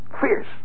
Fierce